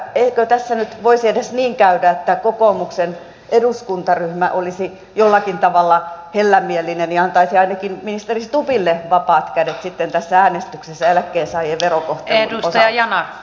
eikö tässä nyt voisi edes niin käydä että kokoomuksen eduskuntaryhmä olisi jollakin tavalla hellämielinen ja antaisi ainakin ministeri stubbille vapaat kädet sitten tässä äänestyksessä eläkkeensaajien verokohtelun osalta